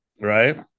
Right